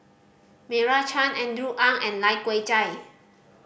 Meira Chand Andrew Ang and Lai Kew Chai